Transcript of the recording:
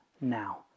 now